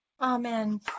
Amen